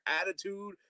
attitude